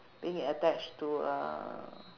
being attached to uh